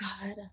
God